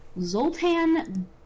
Zoltan